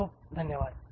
खूप खूप धन्यवाद